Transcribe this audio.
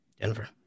Denver